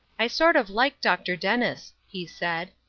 i sort of like dr. dennis, he said.